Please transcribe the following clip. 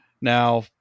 Now